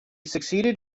succeeded